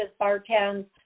bartends